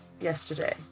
yesterday